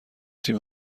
تیم